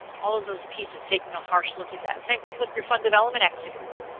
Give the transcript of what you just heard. all of those pieces taking a harsh look at that. same thing with your fund development activities.